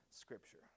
Scripture